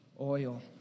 oil